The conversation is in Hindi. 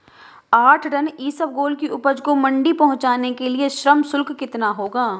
आठ टन इसबगोल की उपज को मंडी पहुंचाने के लिए श्रम शुल्क कितना होगा?